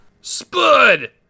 Spud